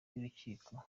y’urukiko